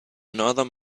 another